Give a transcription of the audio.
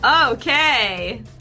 Okay